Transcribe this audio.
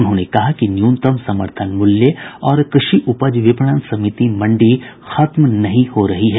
उन्होंने कहा कि न्यूनतम समर्थन मूल्य और कृषि उपज विपणन समिति मंडी खत्म नहीं हो रही है